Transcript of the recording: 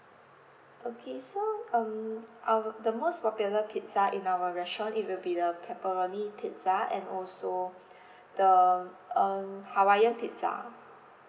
okay so um our the most popular pizza in our restaurant it will be the pepperoni pizza and also the um hawaiian pizza